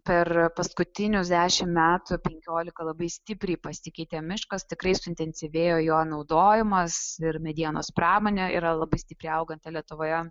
per paskutinius dešimt metų penkiolika labai stipriai pasikeitė miškas tikrai suintensyvėjo jo naudojimas ir medienos pramonė yra labai stipriai auganti lietuvoje